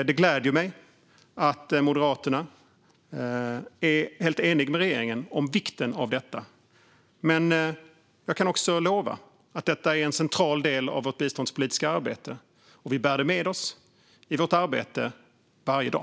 Det gläder mig att Moderaterna är helt eniga med regeringen om vikten av detta. Jag kan lova att det här är en central del av vårt biståndspolitiska arbete. Vi bär det med oss i vårt arbete varje dag.